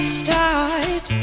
start